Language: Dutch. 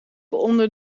onder